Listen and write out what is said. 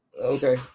okay